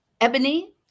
Ebony